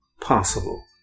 possible